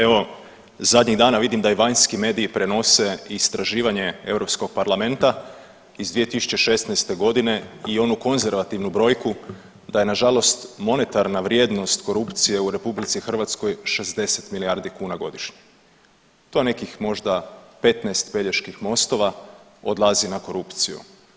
Evo zadnjih dana vidim da i vanjski mediji prenose istraživanje Europskog parlamenta iz 2016.g. i onu konzervativnu brojku da je nažalost monetarna vrijednost korupcije u RH 60 milijardi kuna godišnje, to je nekih možda 15 Peljeških mostova odlazi na korupciju.